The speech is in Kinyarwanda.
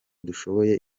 dushoboye